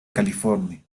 california